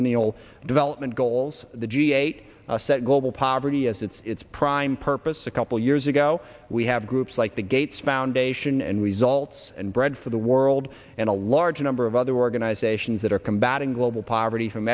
millennial development goals the g eight set global poverty as its prime purpose a couple of years ago we have groups like the gates foundation and results and bread for the world and a large number of other organizations that are combating global poverty from